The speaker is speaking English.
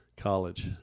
college